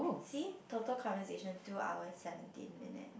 see total conversation two hours seventeen minute